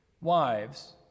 wives